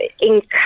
encourage